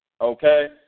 okay